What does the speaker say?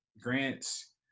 grants